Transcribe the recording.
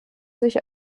sich